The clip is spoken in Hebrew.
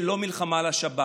זה לא מלחמה על השבת.